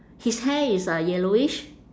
his hair is uh yellowish